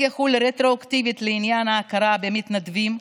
החוק יחול רטרואקטיבית לעניין ההכרה במתנדבים,